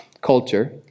culture